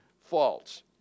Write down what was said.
false